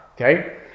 okay